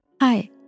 Hi